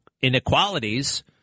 inequalities